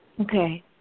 Okay